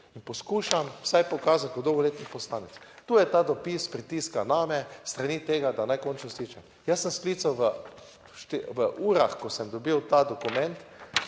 Poskušam vsaj pokazati kot dolgoletni poslanec. Tu je ta dopis pritiska name s strani tega, da naj končno skličem. Jaz sem sklical v urah, ko sem dobil ta dokument